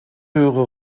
höhere